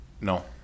No